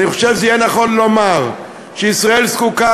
אני חושב שיהיה נכון לומר שישראל זקוקה